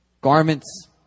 Garments